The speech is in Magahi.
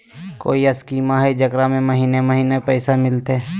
कोइ स्कीमा हय, जेकरा में महीने महीने पैसा मिलते?